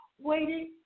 waiting